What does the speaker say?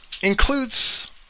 includes